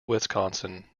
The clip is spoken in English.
wisconsin